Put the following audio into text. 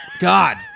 God